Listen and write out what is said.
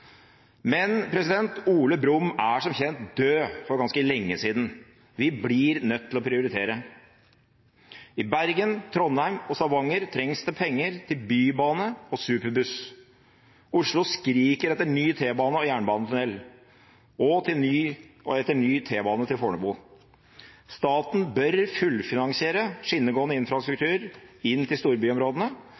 Men Ole Brumm er som kjent død for ganske lenge siden – vi blir nødt til å prioritere. I Bergen, Trondheim og Stavanger trengs det penger til bybane og superbuss. Oslo skriker etter ny T-bane og jernbanetunnel og etter ny T-bane til Fornebu. Staten bør fullfinansiere skinnegående infrastruktur inn til storbyområdene